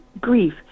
grief